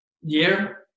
year